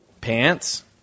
Pants